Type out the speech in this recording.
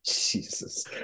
Jesus